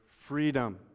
freedom